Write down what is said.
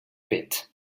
pit